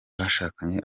bashakanye